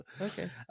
Okay